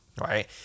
right